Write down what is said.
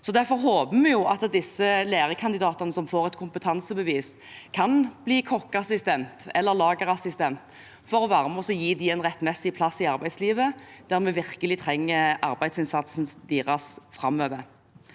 Derfor håper vi at disse lærekandidatene som får et kompetansebevis, kan bli kokkeassistent eller lagerassistent, for at vi kan være med og gi dem en rettmessig plass i arbeidslivet, der vi virkelig trenger arbeidsinnsatsen deres framover.